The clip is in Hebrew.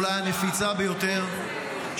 אולי הנפיצה ביותר,